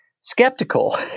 skeptical